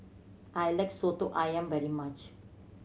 I like Soto Ayam very much